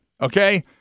okay